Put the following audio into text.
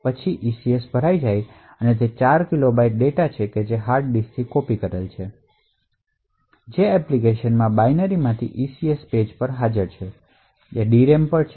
પછી ECS ભરાય છે અને તે 4 કિલો બાઇટ્સ ડેટા છે જે હાર્ડ ડિસ્કથી કૉપી કરેલી છે જે બાઈનરીમાંથી ECS પેજ પર છે જે DRAM પર છે